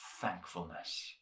thankfulness